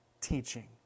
teaching